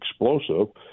explosive